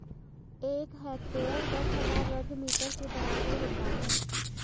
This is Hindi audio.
एक हेक्टेयर दस हजार वर्ग मीटर के बराबर होता है